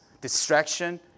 distraction